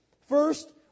First